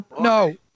No